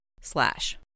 slash